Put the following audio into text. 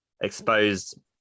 exposed